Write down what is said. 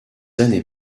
années